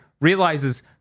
realizes